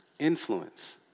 Influence